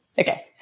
Okay